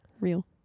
real